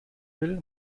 will